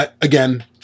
again